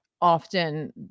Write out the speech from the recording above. often